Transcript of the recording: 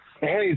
Hey